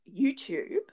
YouTube